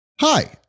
Hi